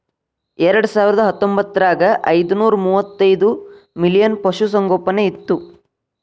ಎರೆಡಸಾವಿರದಾ ಹತ್ತೊಂಬತ್ತರಾಗ ಐದನೂರಾ ಮೂವತ್ತೈದ ಮಿಲಿಯನ್ ಪಶುಸಂಗೋಪನೆ ಇತ್ತು